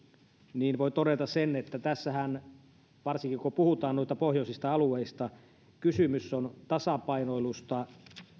niin voi todeta sen että tässähän varsinkin kun kun puhutaan noista pohjoisista alueista kysymys on tasapainoilusta